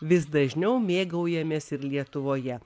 vis dažniau mėgaujamės ir lietuvoje